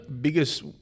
biggest